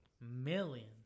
million